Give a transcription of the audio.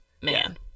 Man